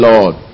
Lord